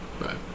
right